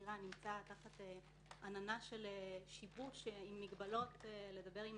חקירה נמצא תחת עננה של שיבוש עם מגבלות לדבר עם